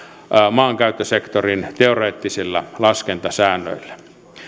maankäyttösektorin teoreettisilla laskentasäännöillä